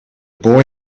boy